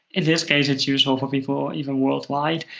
in this case, it's useful for people even worldwide.